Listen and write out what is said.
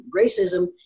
racism